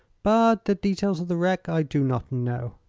but the details of the wreck i do not know.